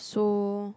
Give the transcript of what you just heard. so